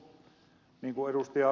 niin kuin ed